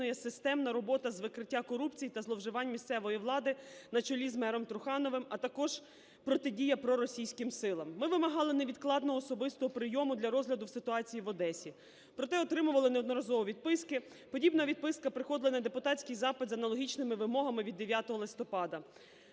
системна робота з викриття корупції та зловживань місцевої влади на чолі з мером Трухановим, а також протидія проросійським силам. Ми вимагали невідкладного особистого прийому для розгляду ситуації в Одесі. Проте, отримували неодноразово відписки. Подібна відписка приходила на депутатський запит з аналогічними вимогами від 9 листопада.